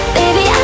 baby